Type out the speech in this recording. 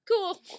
cool